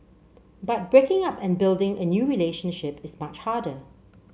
but breaking up and building a new relationship is much harder